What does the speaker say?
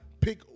pick